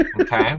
Okay